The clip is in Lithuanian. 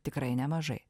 tikrai nemažai